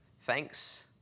thanks